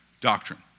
doctrine